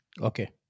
Okay